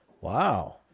wow